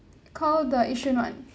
call the Yishun [one]